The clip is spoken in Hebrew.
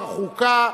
הוא אמר חוקה,